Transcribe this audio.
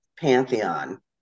pantheon